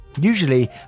Usually